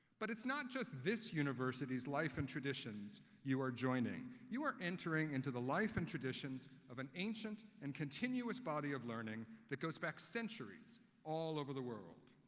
but, it's not just this university's life and traditions you are joining. you are entering into the life and traditions of an ancient and continuous body of learning that goes back centuries all over the world.